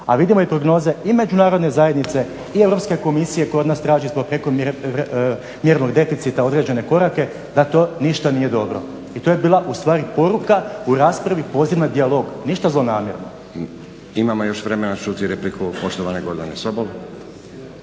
a vidimo prognoze i međunarodne zajednice i Europske komisije koja od nas traži zbog prekomjernog deficita određene korake, da to ništa nije dobro. I to je bila ustvari poruka u raspravi, poziv na dijalog, ništa zlonamjerno. **Stazić, Nenad (SDP)** Imamo još vremena čuti repliku poštovane Gordane Sobol.